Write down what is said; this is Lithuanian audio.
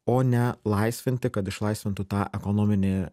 o ne laisvinti kad išlaisvintų tą ekonominį